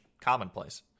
commonplace